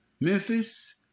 Memphis